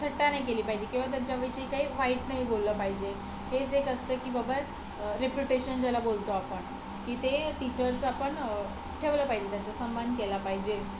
थट्टा नाही केली पाहिजे किंवा त्यांच्याविषयी काही वाईट नाही बोललं पाहिजे हेच एक असतं की बाबा रिप्यूटेशन ज्याला बोलतो आपण की ते टिचरचा आपण ठेवलं पाहिजे त्यांचा सम्मान केला पाहिजे